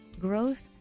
growth